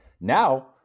Now